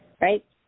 right